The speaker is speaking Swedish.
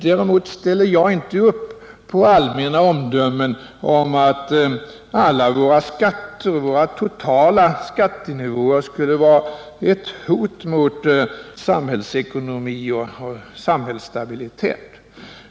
Däremot ställer jag inte upp på allmänna omdömen att alla våra skatter och våra totala skattenivåer skulle vara ett hot mot samhällsekonomi och samhällsstabilitet.